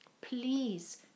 Please